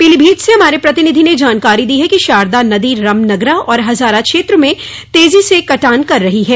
पीलीभीत से हमारे प्रतिनिधि ने जानकारी दी है कि शारदा शारदा नदी रमनगरा और हजारा क्षेत्र में तेजी से कटान कर रही है